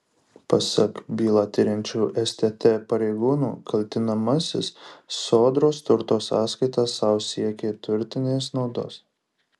pasak bylą tiriančių stt pareigūnų kaltinamasis sodros turto sąskaita sau siekė turtinės naudos